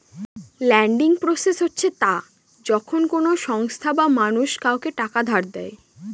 lending process হচ্ছে তা যখন কোনো সংস্থা বা মানুষ কাউকে টাকা ধার দেয়